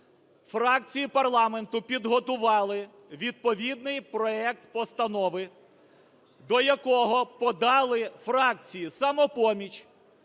фракції парламенту підготували відповідний проект постанови, до якого подали фракції "Самопоміч",